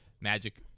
Magic